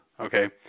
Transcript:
Okay